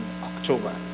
October